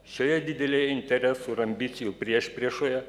šioje didelėj interesų ir ambicijų priešpriešoje